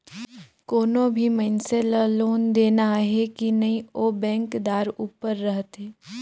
कोनो भी मइनसे ल लोन देना अहे कि नई ओ बेंकदार उपर रहथे